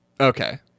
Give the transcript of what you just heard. Okay